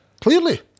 Clearly